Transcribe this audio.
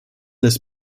des